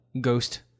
ghost